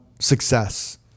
success